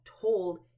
told